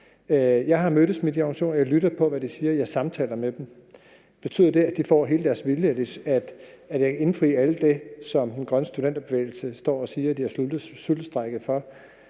Jeg har mødtes med de organisationer, jeg lytter til, hvad de siger, jeg samtaler med dem. Betyder det, at de får hele deres vilje og jeg kan indfri alt det, som Den Grønne Ungdomsbevægelse står og siger de har sultestrejket for,